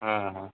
হ্যাঁ হ্যাঁ